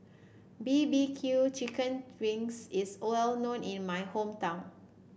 B B Q Chicken Wings is well known in my hometown